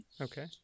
okay